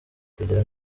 kugira